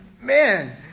man